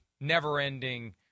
never-ending